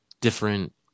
different